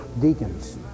deacons